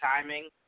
timing